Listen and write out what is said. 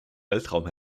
weltraum